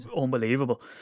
unbelievable